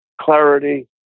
clarity